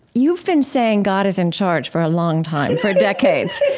you've been saying god is in charge for a long time, for decades.